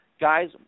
guys